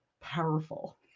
powerful